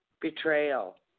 betrayal